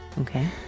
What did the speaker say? Okay